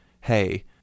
hey